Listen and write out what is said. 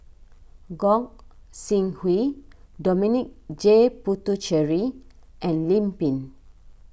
Gog Sing Hooi Dominic J Puthucheary and Lim Pin